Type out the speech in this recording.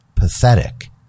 pathetic